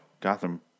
Gotham